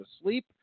asleep